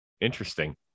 Interesting